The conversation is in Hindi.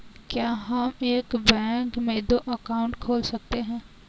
क्या हम एक बैंक में दो अकाउंट खोल सकते हैं?